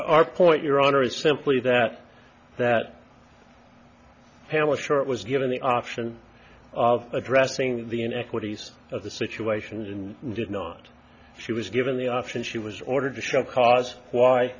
our point your honor is simply that that hair was short was given the option of addressing the inequities of the situation and did not she was given the option she was ordered to show cause why